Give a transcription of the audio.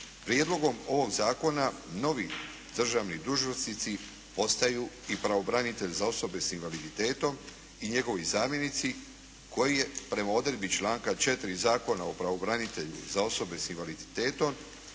prijedlogom ovog zakona, novi državni dužnosnici postaju i pravobranitelj za osobe s invaliditetom i njegovi zamjenici koji je prema odredbi članka 4. Zakona o pravobranitelju za osobe s invaliditetom